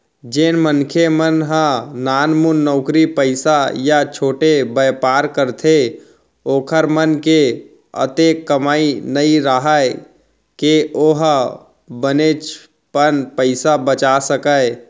जेन मनखे मन ह नानमुन नउकरी पइसा या छोटे बयपार करथे ओखर मन के अतेक कमई नइ राहय के ओ ह बनेचपन पइसा बचा सकय